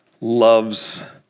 loves